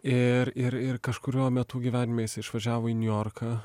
ir ir ir kažkuriuo metu gyvenime jis išvažiavo į niujorką